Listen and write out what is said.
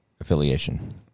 affiliation